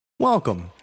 Welcome